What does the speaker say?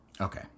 Okay